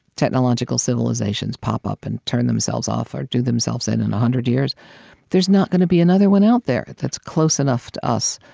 technological civilizations pop up and turn themselves off or do themselves in, in one hundred years there's not gonna be another one out there that's close enough to us